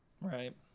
Right